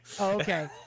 Okay